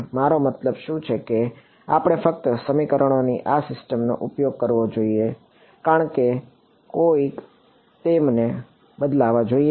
મારો મતલબ શું છે કે આપણે ફક્ત સમીકરણોની આ સિસ્ટમોનો ઉપયોગ કરવો જોઈએ કારણ કે કોઈક તેમને બદલવા જોઈએ